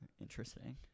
Interesting